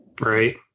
Right